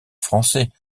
français